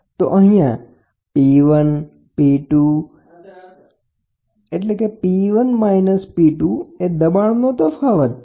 તો અહીંયા P1 P2 દબાણનો તફાવત છે